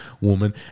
woman